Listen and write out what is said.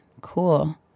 cool